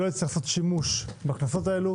שלא נצטרך לעשות שימוש בקנסות האלה.